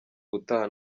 ubutaha